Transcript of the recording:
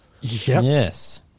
Yes